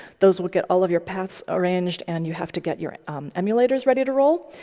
those would get all of your paths arranged, and you have to get your emulators ready to roll.